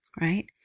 right